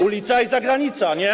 Ulica i zagranica, nie?